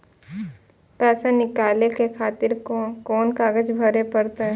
पैसा नीकाले खातिर कोन कागज भरे परतें?